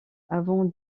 avant